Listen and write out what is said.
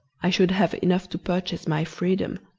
i should have enough to purchase my freedom.